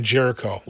Jericho